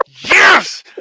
Yes